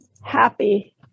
happy